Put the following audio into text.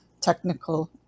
technical